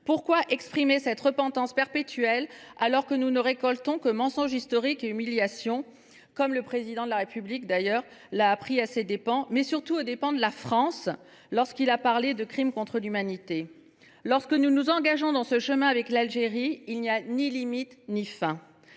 Pourquoi exprimer cette repentance perpétuelle, alors que nous ne récoltons en retour que mensonges historiques et humiliations, comme le Président de la République l’a appris à ses dépens et surtout aux dépens de la France, lorsqu’il a parlé de crime contre l’humanité ? Eh oui… Lorsque nous nous engageons sur ce chemin avec l’Algérie, il n’y a ni limite ni fin.